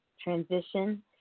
transition